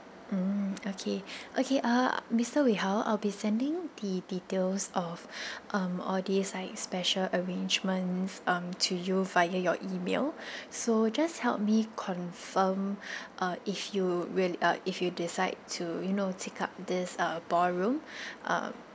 mm okay okay uh mister wei hao I'll be sending the details of um all these sides special arrangements um to you via your email so just help me confirm uh if you will uh if you decide to you know take up this uh ballroom um